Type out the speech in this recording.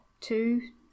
two